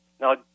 Now